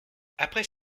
après